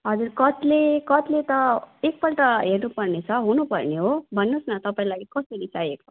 हजुर कत्ले कत्ले त एकपल्ट हेर्नु पर्नेछ हुनु पर्ने हो भन्नुहोस् न तपाईँलाई कसरी चाहिएको